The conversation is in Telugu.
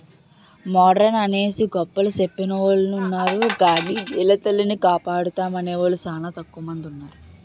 మోడరన్ అనేసి గొప్పలు సెప్పెవొలున్నారు గాని నెలతల్లిని కాపాడుతామనేవూలు సానా తక్కువ మందున్నారు